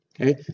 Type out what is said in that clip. okay